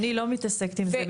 אני לא מתעסקת עם זה,